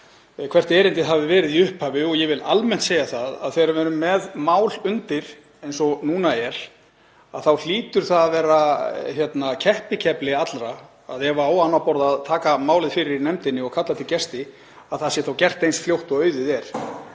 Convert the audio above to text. hvert erindið hafi verið í upphafi. Almennt vil ég segja að þegar við erum með mál undir eins og núna er þá hlýtur það að vera keppikefli allra, ef á annað borð á að taka málið fyrir í nefndinni og kalla til gesti, að það sé gert eins fljótt og auðið er.